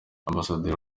ambasaderi